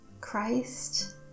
Christ